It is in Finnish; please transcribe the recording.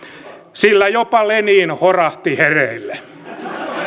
sillä jopa lenin horahti hereille